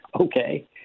Okay